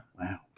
Wow